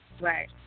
Right